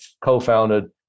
co-founded